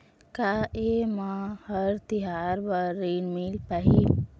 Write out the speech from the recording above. का ये म हर तिहार बर ऋण मिल पाही?